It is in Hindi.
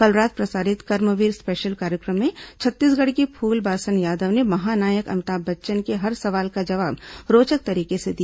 कल रात प्रसारित कर्मवीर स्पेशल कार्यक्रम में छत्तीसगढ़ की फूलबासन यादव ने महानायक अभिताभ बच्चन के हर सवालों का जवाब रोचक तरीके से दिया